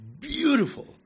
beautiful